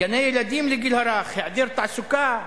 גני-ילדים לגיל הרך, היעדר תעסוקה,